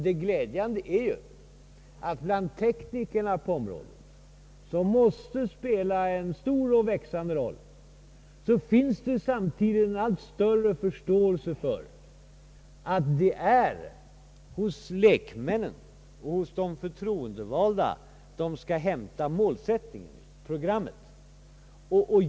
Det glädjande är ju att bland teknikerna på området, som måste spela en stor och växande roll, finns det en allt större förståelse för att det är hos lekmännen och hos de förtro endevalda de skall hämta målsättningen — programmet.